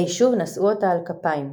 ביישוב נשאו אותה על כפיים.